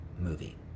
movie